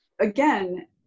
again